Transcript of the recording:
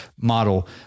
model